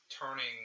turning